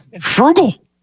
Frugal